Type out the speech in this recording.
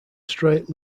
straight